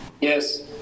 Yes